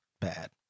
Bad